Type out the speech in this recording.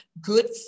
good